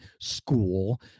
school